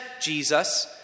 Jesus